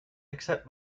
except